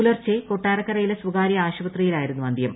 പുലർച്ചെ കൊട്ടാരക്കരയിലെ സ്ഥകാര്യ ആശുപത്രിയിലായിരുന്നു അന്തൃം